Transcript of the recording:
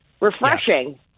refreshing